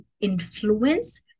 influence